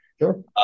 Sure